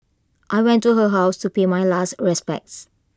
I went to her house to pay my last respects